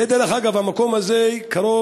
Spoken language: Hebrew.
זה, דרך אגב, המקום הזה קרוב,